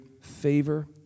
favor